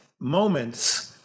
moments